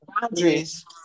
Boundaries